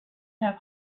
have